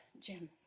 Jim